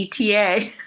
ETA